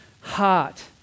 heart